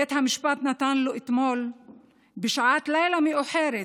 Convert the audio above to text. בית המשפט נתן לו אתמול בשעת לילה מאוחרת,